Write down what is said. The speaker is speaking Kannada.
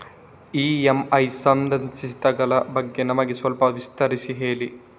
ಇ.ಎಂ.ಐ ಸಂಧಿಸ್ತ ಗಳ ಬಗ್ಗೆ ನಮಗೆ ಸ್ವಲ್ಪ ವಿಸ್ತರಿಸಿ ಹೇಳಿ